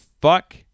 fuck